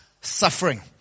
suffering